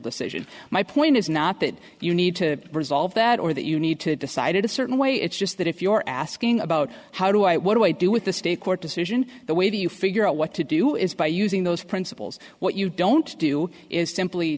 decision my point is not that you need to resolve that or that you need to decided a certain way it's just that if you're asking about how do i what do i do with the state court decision the way you figure out what to do is by using those principles what you don't do is simply